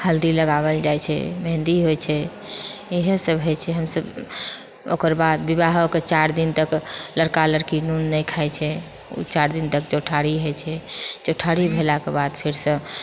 हल्दी लगाओल जाइत छै मेहन्दी होइत छै इएह सभ होइत छै हम सभ ओकर बाद विवाहोके चारि दिन तक लड़का लड़की नून नहि खाइत छै ओ चारि दिन तक चौठारि होइत छै चौठारि भेलाके बाद फेरसँ